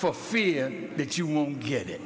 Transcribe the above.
for fear that you won't get it